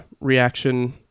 reaction